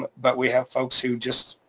but we have folks who just.